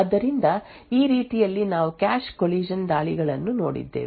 ಆದ್ದರಿಂದ ಈ ರೀತಿಯಲ್ಲಿ ನಾವು ಕ್ಯಾಶ್ ಕೊಲಿಷನ್ ದಾಳಿಗಳನ್ನು ನೋಡಿದ್ದೇವೆ